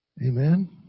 Amen